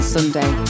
Sunday